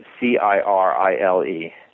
C-I-R-I-L-E